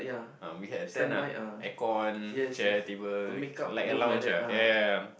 uh we had a tent ah aircon chair table like a lounge ah yea yea yea